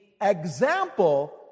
example